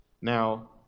Now